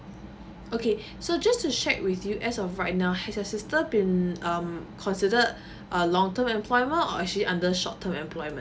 okay so just to check with you as of right now has your sister been um considered a long term employment or actually under a short term employment